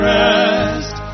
rest